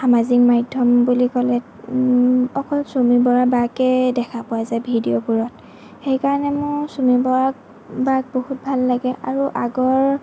সামাজিক মাধ্যম বুলি ক'লে অকল চুমী বৰা বাকে দেখা পোৱা যায় ভিডিঅ'বোৰত সেইকাৰণে মোৰ চুমী বৰা বাক বহুত ভাল লাগে আৰু আগৰ